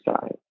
side